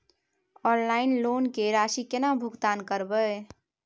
Online loan के राशि केना भुगतान करबे?